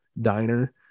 diner